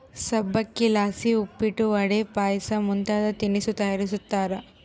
ಸಬ್ಬಕ್ಶಿಲಾಸಿ ಉಪ್ಪಿಟ್ಟು, ವಡೆ, ಪಾಯಸ ಮುಂತಾದ ತಿನಿಸು ತಯಾರಿಸ್ತಾರ